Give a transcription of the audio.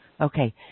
Okay